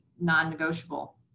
non-negotiable